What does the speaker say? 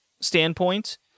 standpoint